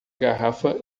garrafa